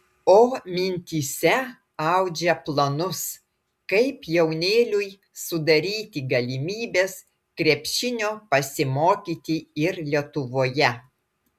o mintyse audžia planus kaip jaunėliui sudaryti galimybes krepšinio pasimokyti ir lietuvoje